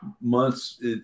months